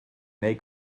neu